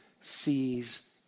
sees